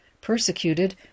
persecuted